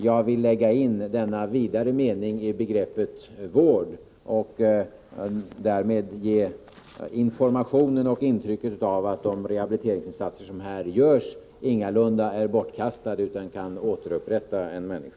Jag vill lägga in denna vidare mening i begreppet vård och därmed ge den informationen och intrycket av att de rehabiliteringsinsatser som här görs ingalunda är bortkastade utan kan återupprätta en människa.